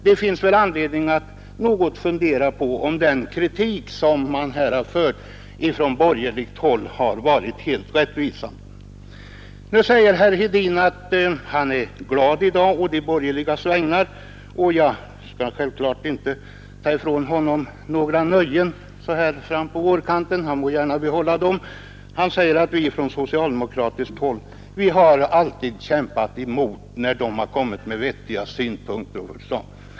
Det finns väl anledning att fundera litet över om den kritik som man här har fört fram från borgerligt håll har varit helt rättvisande. Nu säger herr Hedin att han i dag är glad på de borgerligas vägnar — jag skall självklart inte ta ifrån honom några nöjen så här fram på vårkanten; han må gärna behålla dem. Han säger att vi på socialdemokratiskt håll alltid har kämpat mot, när de borgerliga har kommit med vettiga synpunkter.